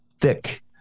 thick